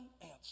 answer